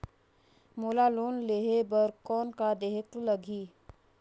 मोला लोन लेहे बर कौन का देहेक लगही?